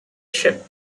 ship